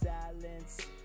silence